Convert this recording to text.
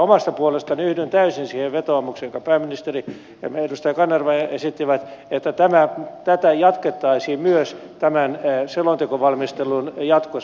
omasta puolestani yhdyn täysin siihen vetoomukseen jonka pääministeri ja edustaja kanerva esittivät että tätä jatkettaisiin myös tämän selontekovalmistelun jatkossa